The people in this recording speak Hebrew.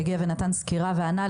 שהגיע ונתן סקירה וענה.